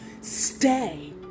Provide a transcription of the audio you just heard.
stay